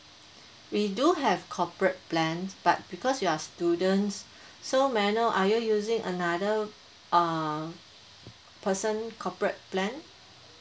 we do have corporate plan but because you are students so may I know are you using another uh person corporate plan